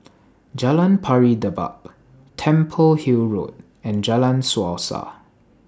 Jalan Pari Dedap Temple Hill Road and Jalan Suasa